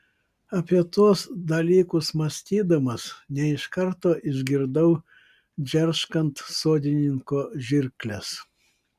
apie tuos dalykus mąstydamas ne iš karto išgirdau džerškant sodininko žirkles